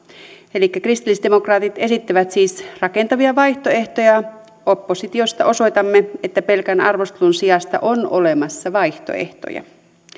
elikkä kristillisdemokraatit esittävät siis rakentavia vaihtoehtoja oppositiosta osoitamme että pelkän arvostelun sijasta on olemassa vaihtoehtoja